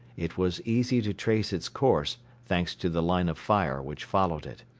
it was easy to trace its course, thanks to the line of fire which followed it.